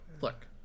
look